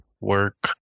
work